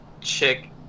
chick